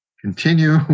continue